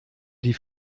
die